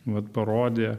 vat parodė